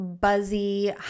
buzzy